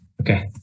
Okay